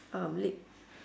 uh lip